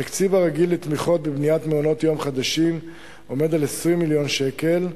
התקציב הרגיל לתמיכות בבניית מעונות-יום חדשים עומד על 20 מיליון שקלים,